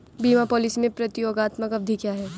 बीमा पॉलिसी में प्रतियोगात्मक अवधि क्या है?